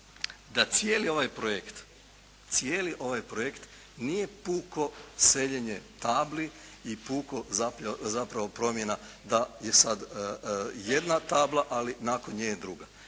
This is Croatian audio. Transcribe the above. cijeli ovaj projekt nije puko seljenje tabli i puka promjena da je sada jedna tabla, a nakon nje je druga.